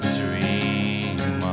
dream